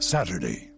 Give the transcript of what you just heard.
Saturday